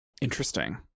Interesting